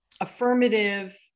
affirmative